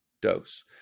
dose